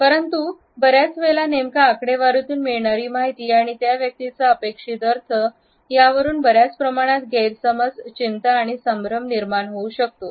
परंतु बऱ्याच वेळेला नेमका आकडेवारीतून मिळणारी माहिती आणि त्या व्यक्तीचा अपेक्षित अर्थ ती यावरून बऱ्याच प्रमाणात गैरसमज चिंता संभ्रम निर्माण होऊ शकतो